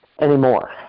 anymore